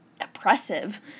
oppressive